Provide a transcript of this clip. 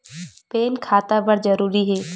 Pan खाता बर जरूरी हे?